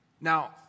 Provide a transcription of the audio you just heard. Now